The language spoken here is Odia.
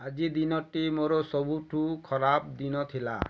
ଆଜି ଦିନଟି ମୋର ସବୁଠୁ ଖରାପ ଦିନ ଥିଲା